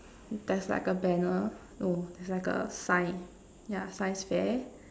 there's like a banner oh there's like a sign yeah science fair